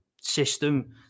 system